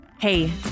Hey